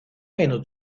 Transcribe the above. menos